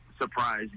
surprise